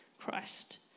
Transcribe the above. Christ